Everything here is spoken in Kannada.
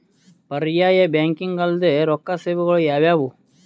ಪರ್ಯಾಯ ಬ್ಯಾಂಕಿಂಗ್ ಅಲ್ದೇ ರೊಕ್ಕ ಸೇವೆಗಳು ಯಾವ್ಯಾವು?